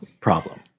problem